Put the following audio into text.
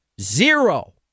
Zero